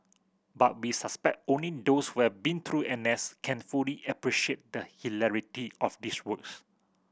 but we suspect only those who have been through N S can fully appreciate the hilarity of these words